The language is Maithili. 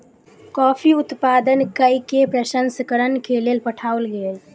कॉफ़ी उत्पादन कय के प्रसंस्करण के लेल पठाओल गेल